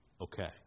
okay